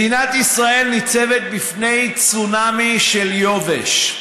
מדינת ישראל ניצבת בפני צונמי של יובש.